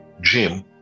Jim